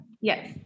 Yes